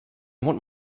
want